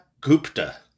Gupta